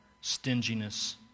stinginess